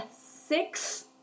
six